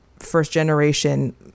first-generation